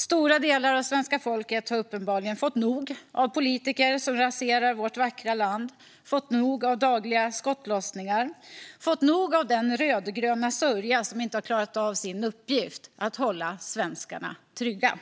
Stora delar av svenska folket har uppenbarligen fått nog av politiker som raserar vårt vackra land, fått nog av dagliga skottlossningar och fått nog av den rödgröna sörja som inte klarat av sin uppgift: att hålla svenskarna trygga.